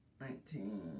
Nineteen